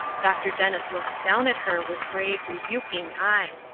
dr. dennis looked down at her with grave, rebuking eye.